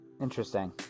Interesting